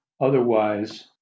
Otherwise